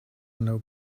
know